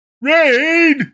Raid